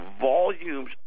Volumes